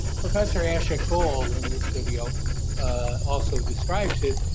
professor ashok goel in this video also describes it.